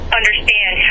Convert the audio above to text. understand